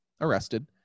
arrested